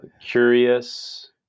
curious